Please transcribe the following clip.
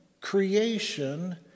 creation